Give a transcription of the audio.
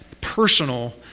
personal